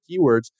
keywords